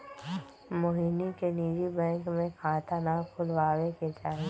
मोहिनी के निजी बैंक में खाता ना खुलवावे के चाहि